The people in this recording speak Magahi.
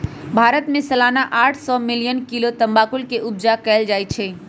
भारत में सलाना आठ सौ मिलियन किलो तमाकुल के उपजा कएल जाइ छै